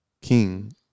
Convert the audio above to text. king